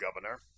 Governor